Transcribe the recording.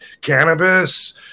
cannabis